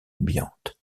ambiante